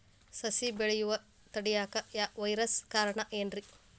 ಸಸಿ ಬೆಳೆಯುದ ತಡಿಯಾಕ ವೈರಸ್ ಕಾರಣ ಏನ್ರಿ?